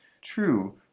True